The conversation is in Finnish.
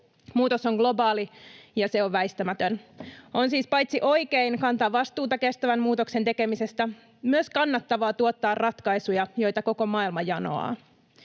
Muutos on globaali, ja se on väistämätön. On siis paitsi oikein kantaa vastuuta kestävän muutoksen tekemisessä, myös kannattavaa tuottaa ratkaisuja, joita koko maailma janoaa.